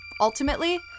ultimately